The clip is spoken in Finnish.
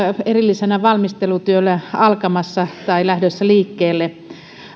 erillisenä valmistelutyönä alkamassa tai lähdössä liikkeelle